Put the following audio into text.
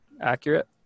accurate